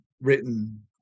written